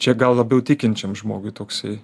čia gal labiau tikinčiam žmogui toksai